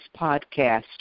podcast